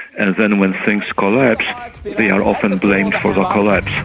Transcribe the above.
and then when things collapse they are often blamed for the collapse.